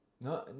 No